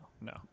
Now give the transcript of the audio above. No